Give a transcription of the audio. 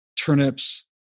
turnips